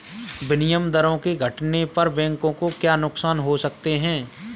विनिमय दरों के घटने पर बैंकों को क्या नुकसान हो सकते हैं?